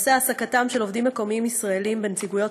נושא העסקתם של עובדים מקומיים ישראלים בנציגויות